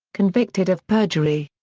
convicted of perjury.